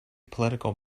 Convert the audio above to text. political